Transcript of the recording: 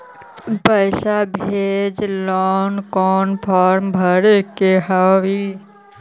पैसा भेजे लेल कौन फार्म भरे के होई?